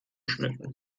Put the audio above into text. schmücken